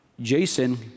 jason